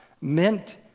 meant